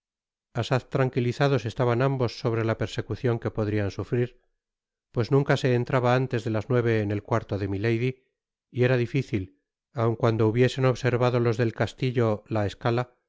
asaz tranquilizados estaban ambos sobre la persecucion que podrían sufrir pues nunca se entraba antes de las nueve en el cuarto de milady y era difícil aun cuando hubiesen observado los del castillo la escala